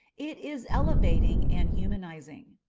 it is elevating and humanizing.